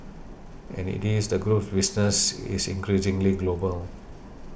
as it is the group's business is increasingly global